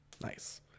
Nice